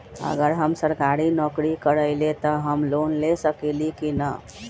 अगर हम सरकारी नौकरी करईले त हम लोन ले सकेली की न?